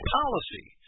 policy